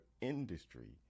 industry